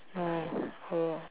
oh oh